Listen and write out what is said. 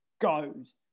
goes